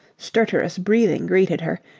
stertorous breathing greeted her,